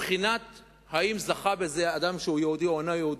בבחינת האם זכה בזה אדם שהוא יהודי או לא יהודי,